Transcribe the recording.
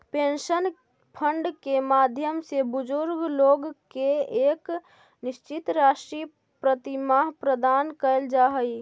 pension fund के माध्यम से बुजुर्ग लोग के एक निश्चित राशि प्रतिमाह प्रदान कैल जा हई